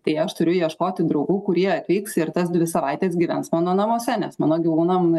tai aš turiu ieškoti draugų kurie atvyks ir tas dvi savaites gyvens mano namuose nes mano gyvūnam